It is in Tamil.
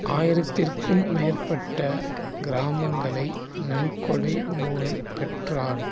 ஆயிரத்திற்கும் மேற்பட்ட கிராமங்களை நன்கொடை மூலம் பெற்றார்